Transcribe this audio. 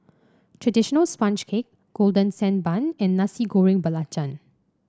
traditional sponge cake Golden Sand Bun and Nasi Goreng Belacan